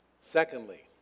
Secondly